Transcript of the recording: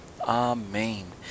Amen